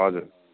हजुर